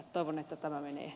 toivon että tämä menee